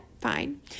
Fine